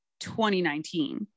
2019